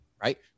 Right